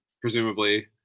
presumably